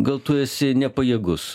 gal tu esi nepajėgus